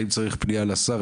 האם צריכה להיעשות פנייה לשר,